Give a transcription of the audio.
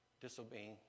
disobeying